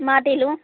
మాటీలు